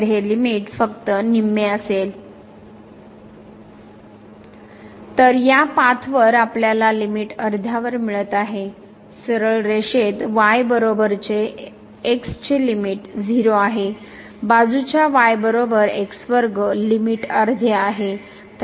तरहे लिमिट फक्त निम्मे असेल तर या पाथवर आपल्याला लिमिट अर्ध्यावर मिळत आहे सरळ रेषेत y बरोबर x चे लिमिट 0 आहे बाजूच्या y बरोबर x वर्ग लिमिट अर्धे आहे